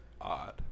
odd